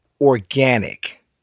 organic